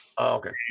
Okay